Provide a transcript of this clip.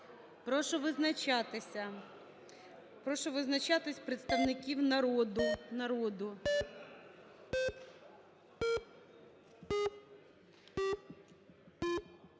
Прошу визначатися. Прошу визначатися представників народу.